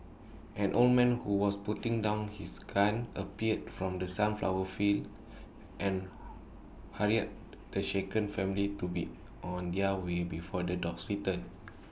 an old man who was putting down his gun appeared from the sunflower fields and hurried the shaken family to be on their way before the dogs return